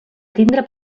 tindre